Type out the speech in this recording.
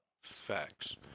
Facts